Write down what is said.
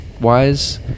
wise